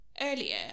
earlier